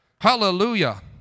Hallelujah